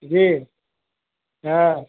जी हाँ